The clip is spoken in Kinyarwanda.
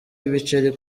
ibiceri